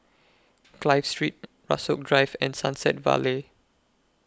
Clive Street Rasok Drive and Sunset Vale